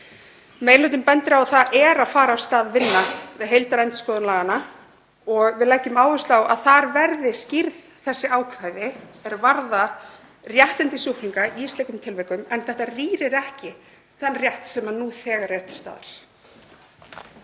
hlutinn bendir á að það er að fara af stað vinna við heildarendurskoðun laganna og við leggjum áherslu á að þar verði skýrð þessi ákvæði er varða réttindi sjúklinga í slíkum tilvikum. En þetta rýrir ekki þann rétt sem nú þegar er til staðar.